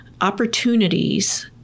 opportunities